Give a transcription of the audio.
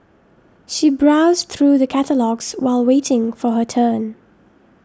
she browsed through the catalogues while waiting for her turn